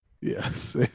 yes